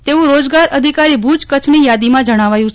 તેવું રોજગાર અધિકારી ભુજ કચ્છઉની યાદીમાં જણાવાયું છે